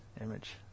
Image